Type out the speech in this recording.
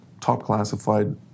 top-classified